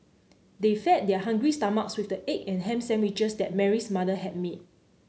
they fed their hungry stomachs with the egg and ham sandwiches that Mary's mother had made